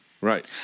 Right